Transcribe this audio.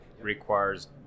requires